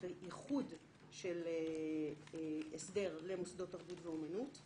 וייחוד של הסדר למוסדות תרבות ואמנות;